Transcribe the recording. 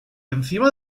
encima